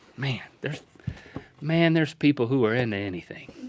man, there's man, there's people who're into anything.